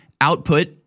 output